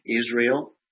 Israel